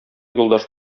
юлдаш